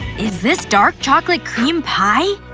is this dark chocolate cream pie?